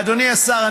אדוני השר,